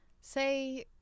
say